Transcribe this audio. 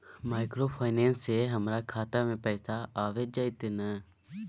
Microfinance से हमारा खाता में पैसा आबय जेतै न?